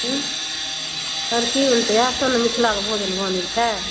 हूँ तहन कि बनतै इएह सभ ने मिथिलाके भोजन बनै छै